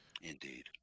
Indeed